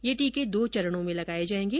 ये टीके दो चरणों में लगाए जाएंगे